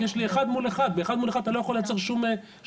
יש לי אחד מול אחד ובאחד מול אחד אתה לא יכול לייצר שום מגוון.